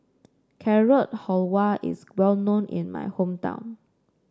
Carrot Halwa is well known in my hometown